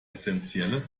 essenzielle